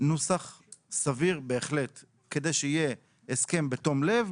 נוסח סביר בהחלט כדי שיהיה הסכם בתום לב,